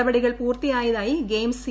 നടപടികൾ പൂർത്തിയായതായി games C